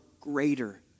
greater